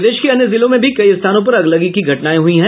प्रदेश के अन्य जिलों में भी कई स्थानों पर अगलगी की घटनाएं हुई है